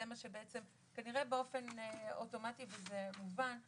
זה מה שבעצם כנראה באופן אוטומטי וזה מובן,